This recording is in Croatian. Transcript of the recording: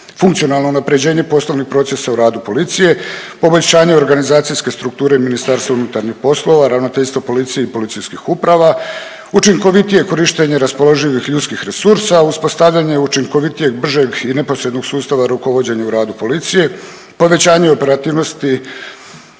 Funkcionalno unapređenje poslovnih procesa u radu policije, poboljšanje organizacijske strukture MUP-a, Ravnateljstva policije i policijskih uprava, učinkovitije korištenje raspoloživih ljudskih resursa, uspostavljanje učinkovitijeg, bržeg i neposrednog sustava rukovođenja u radu policije, povećanje operativnosti